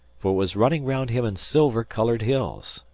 for it was running round him in silver-coloured hills,